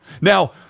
Now